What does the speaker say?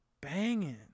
banging